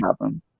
happen